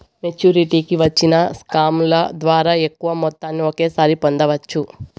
మెచ్చురిటీకి వచ్చిన స్కాముల ద్వారా ఎక్కువ మొత్తాన్ని ఒకేసారి పొందవచ్చు